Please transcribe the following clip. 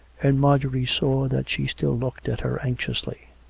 and marjorie saw that she still looked at her anxiously.